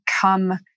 come